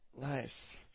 Nice